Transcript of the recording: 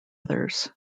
others